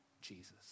Jesus